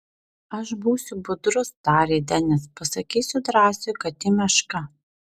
aš būsiu budrus tarė denis pasakysiu drąsiui kad ji meška